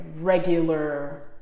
regular